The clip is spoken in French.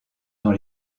dans